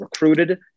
recruited